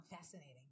Fascinating